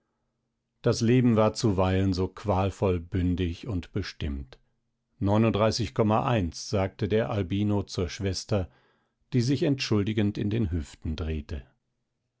das leben war zuweilen so qualvoll bündig und bestimmt sagte der albino zur schwester die sich entschuldigend in den hüften drehte